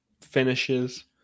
finishes